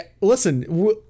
Listen